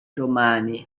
romani